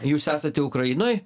jūs esate ukrainoj